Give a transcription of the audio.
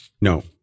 no